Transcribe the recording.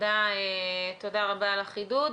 תודה רבה על החידוד.